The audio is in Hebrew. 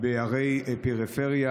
בערי הפריפריה,